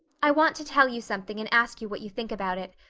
i want to tell you something and ask you what you think about it.